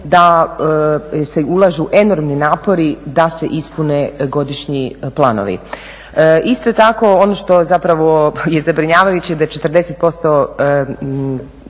da se ulažu enormni napori da se ispune godišnji planovi. Isto tako ono što zapravo je zabrinjavajuće da 40%